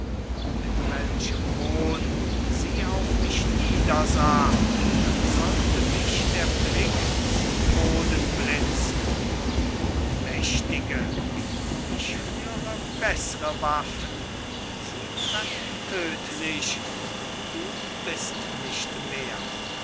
mit welchem hohn sie auf mich niedersah als sollte mich der blick zu boden blitzen ohnmächtige ich führe beßre waffen sie treffen tödlich und du bist nicht mehr